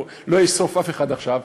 אני לא אשרוף אף אחד עכשיו,